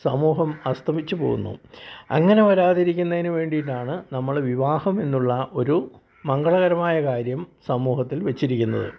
സമൂഹം അസ്തമിച്ച് പോകുന്നു അങ്ങനെ വരാതിരിക്കുന്നതിന് വേണ്ടിയിട്ടാണ് നമ്മൾ വിവാഹം എന്നുള്ള ആ ഒരു മംഗളകരമായ കാര്യം സമൂഹത്തിൽ വച്ചിരിക്ക്ന്നത്